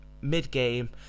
mid-game